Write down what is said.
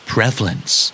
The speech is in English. Prevalence